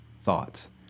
thoughts